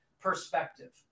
perspective